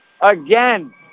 Again